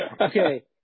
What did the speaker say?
Okay